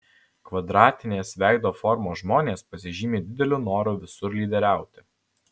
kvadratinės veido formos žmonės pasižymi dideliu noru visur lyderiauti